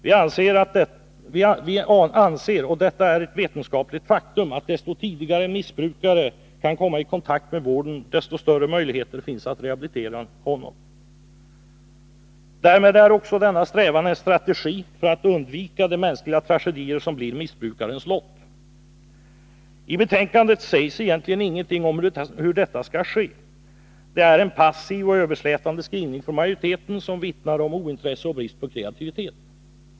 Vi anser — och detta är ett vetenskapligt faktum — att ju tidigare en missbrukare kan komma i kontakt med vården, desto större möjligheter finns att rehabilitera honom. Därmed är också denna strävan en strategi för att undvika de mänskliga tragedier som blir missbrukarens lott. I betänkandet sägs egentligen ingenting om hur detta skall ske. Det är en passiv och överslätande skrivning från majoriteten som vittnar om ointresse och brist på kreativitet.